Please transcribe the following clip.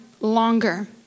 Longer